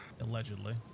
Allegedly